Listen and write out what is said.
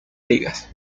ligas